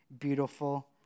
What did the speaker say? Beautiful